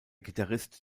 gitarrist